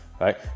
Right